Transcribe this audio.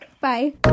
bye